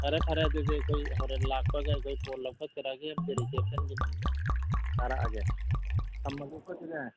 ꯐꯔꯦ ꯐꯔꯦ ꯑꯗꯨꯗꯤ ꯑꯩꯈꯣꯏ ꯍꯣꯔꯦꯟ ꯂꯥꯛꯄꯒ ꯑꯩꯈꯣꯏ ꯐꯣꯟ ꯂꯧꯈꯠꯆꯔꯛꯑꯒꯦ ꯑꯃꯗꯤ ꯔꯤꯁꯦꯞꯁꯟꯒꯤ ꯊꯥꯔꯛꯑꯒꯦ ꯊꯝꯃꯒꯦꯀꯣ ꯑꯗꯨꯗꯤ